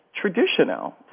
traditional